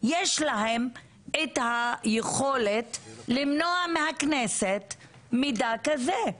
יש להם את היכולת למנוע מהכנסת מידע כזה?